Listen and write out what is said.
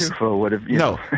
No